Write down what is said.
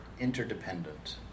interdependent